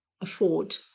afford